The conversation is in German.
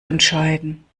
entscheiden